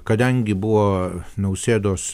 kadengi buvo nausėdos